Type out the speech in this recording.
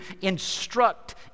instruct